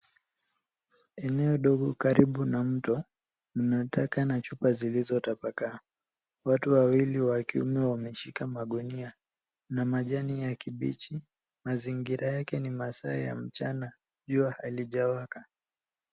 Eneo ndogo karibu na mtu mna taka na chupa zilizo tapakaa. Watu wawili wa kiume wameshika magunia na majani ya kibichi mazingira yake ni masaa ya mchana jua halijawaka.